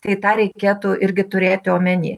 tai tą reikėtų irgi turėti omeny